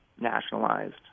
nationalized